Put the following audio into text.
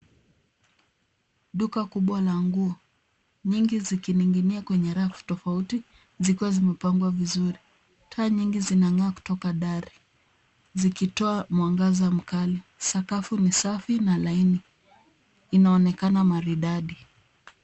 Duka kubwa la nguo, nyingi zikining'inia kwenye rafu tofauti zikiwa zimepangwa vizuri. Taa nyingi zinang'aa kutoka dari, zikitoa mwangaza mkali. Sakafu ni safi na laini. Inaonekana maridadi.